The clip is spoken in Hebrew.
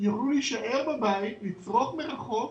יוכלו להישאר בבית, לצרוך מרחוק,